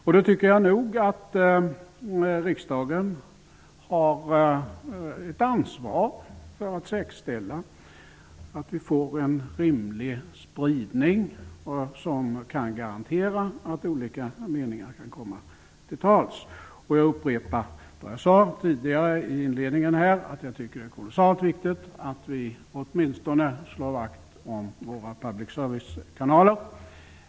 Jag tycker att riksdagen har ett ansvar för att säkerställa en rimlig spridning som garanti för att olika meningar kommer till tals. Jag uppepar det jag sade tidigare: Det är kolossalt viktigt att vi slår vakt åtminstone om våra public-service-kanaler.